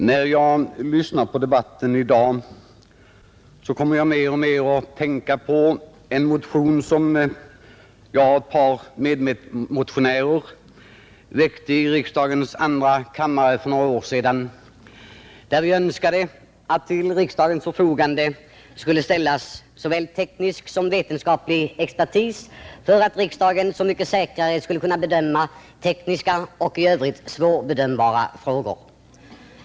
När jag lyssnar på debatten i dag kommer jag mer och mer att tänka på en motion som jag och ett par medmotionärer väckte i riksdagens andra kammare för några år sedan, där vi önskade att till riksdagens förfogande skulle ställas såväl teknisk som vetenskaplig expertis för att riksdagen så mycket säkrare skulle kunna bedöma tekniska och i övrigt komplicerade frågor.